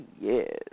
yes